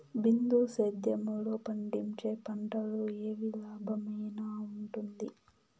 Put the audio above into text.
బిందు సేద్యము లో పండించే పంటలు ఏవి లాభమేనా వుంటుంది?